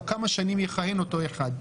או כמה שנים יכהן אותו אחד.